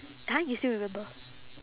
!huh! you still remember